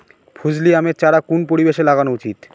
ফজলি আমের চারা কোন পরিবেশে লাগানো উচিৎ?